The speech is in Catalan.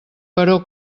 però